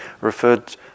referred